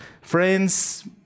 Friends